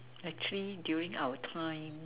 actually during our time